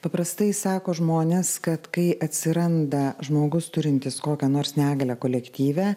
paprastai sako žmonės kad kai atsiranda žmogus turintis kokią nors negalią kolektyve